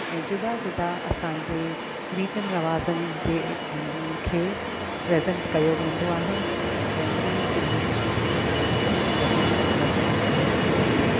ऐं जुदा जुदा असांजे रीतियुनि रवाज़नि जे खे प्रेज़न्ट कयो वेंदो आहे ऐं पंहिंजे सिंधियत जी सुञाणप खे वधीक मज़बूत कयो वेंदो आहे